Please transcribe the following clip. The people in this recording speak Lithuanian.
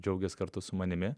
džiaugės kartu su manimi